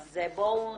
אז בואו